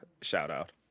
shout-out